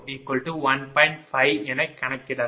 5 V என கணக்கிடலாம்